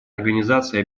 организации